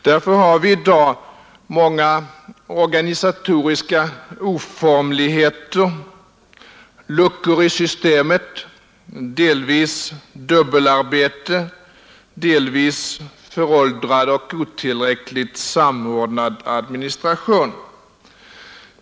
Därför har vi i dag många organisatoriska oformligheter, luckor i systemet, delvis dubbelarbete, delvis föråldrad och otillräckligt samordnad administration.